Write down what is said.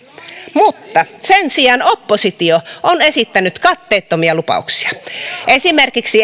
mutta sen sijaan oppositio on esittänyt katteettomia lupauksia esimerkiksi